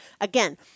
Again